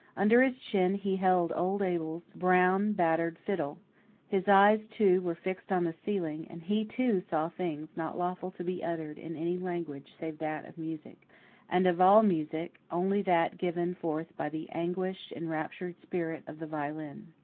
under his chin he held old abel's brown, battered fiddle his eyes, too, were fixed on the ceiling and he, too, saw things not lawful to be uttered in any language save that of music and of all music, only that given forth by the anguished, enraptured spirit of the violin.